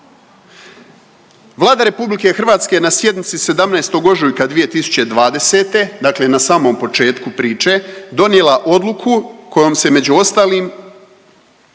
Vlada RH je na sjednici 17. ožujka 2020., dakle na samom početku priče donijela odluku kojom se među ostalim